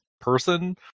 person